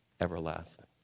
everlasting